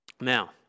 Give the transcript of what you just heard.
Now